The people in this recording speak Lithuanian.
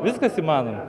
viskas įmanoma